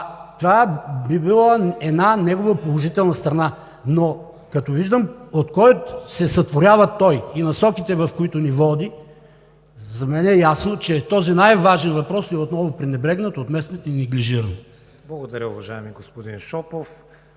това би било една негова положителна страна. Като виждам от кого се сътворява той и насоките, в които ни води, за мен е ясно, че този най-важен въпрос е отново пренебрегнат от местните, неглижиран. ПРЕДСЕДАТЕЛ КРИСТИАН ВИГЕНИН: Благодаря, уважаеми господин Шопов.